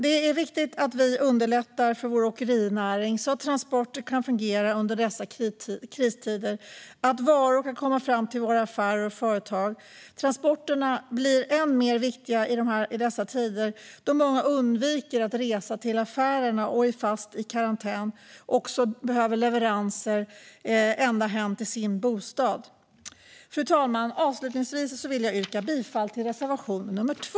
Det är viktigt att vi underlättar för vår åkerinäring så att transporter kan fungera under dessa kristider och så att varor kan komma fram till våra affärer och företag. Transporterna blir än mer viktiga i dessa tider, då många undviker att resa till affärerna och är fast i karantän och behöver leveranser ända hem till sin bostad. Fru talman! Avslutningsvis vill jag yrka bifall till reservation nr 2.